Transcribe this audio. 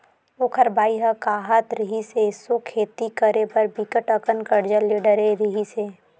ओखर बाई ह काहत रिहिस, एसो खेती करे बर बिकट अकन करजा ले डरे रिहिस हे